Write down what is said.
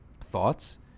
thoughts